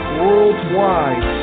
worldwide